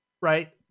right